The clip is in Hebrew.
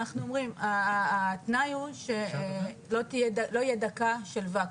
אנחנו אומרים, התנאי הוא שלא תהיה דקה של וואקום.